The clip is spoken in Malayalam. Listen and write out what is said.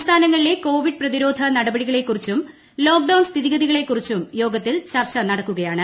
സംസ്ഥാനങ്ങളിലെ കോവിഡ് പ്രതിരോധ നടപടികളെക്കുറിച്ചും ലോക്ഡൌൺ സ്ഥിതിഗതികളെക്കുറിച്ചും യോഗത്തിൽ ചർച്ച നടക്കുകയാണ്